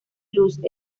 blues